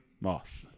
moth